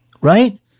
right